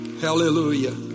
Hallelujah